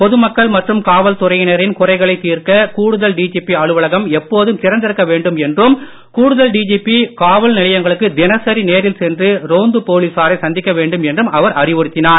பொதுமக்கள் மற்றும் காவல்துறையினரின் குறைகளை தீர்க்க கூடுதல் டிஜிபி அலுவலகம் எப்போதும் திறந்திருக்க வேண்டும் என்றும் கூடுதல் டிஜிபி காவல் நிலையங்களுக்கு தினசரி நேரில் சென்று ரோந்து போலீசாரை சந்திக்க வேண்டும் என்றும் அவர் அறிவுறுத்தினார்